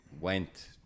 went